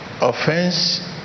offense